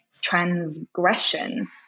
transgression